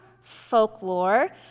folklore